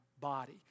body